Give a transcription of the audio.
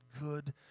good